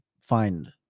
find